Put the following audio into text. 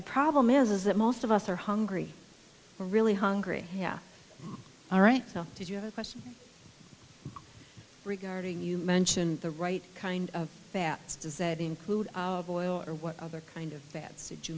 the problem is is that most of us are hungry really hungry yeah all right so did you have a question regarding you mentioned the right kind of fats does that include boil or what other kind of bad